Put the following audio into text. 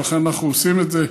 ולכן אנחנו עושים את זה,